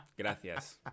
Gracias